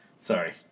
Sorry